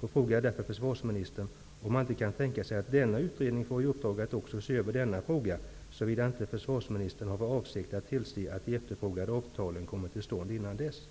Jag frågar därför försvarsministern om han kan tänka sig att utredningen får i uppdrag att också se över denna fråga, såvida inte försvarsministern har för avsikt att tillse att de efterfrågade avtalen kommer till stånd innan dess.